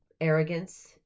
arrogance